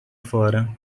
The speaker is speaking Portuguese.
fora